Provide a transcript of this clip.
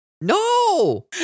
No